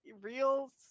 real